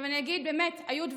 אני אגיד, באמת, היו דברים,